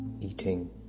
eating